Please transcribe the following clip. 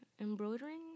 embroidering